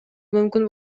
мүмкүн